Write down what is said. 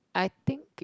I think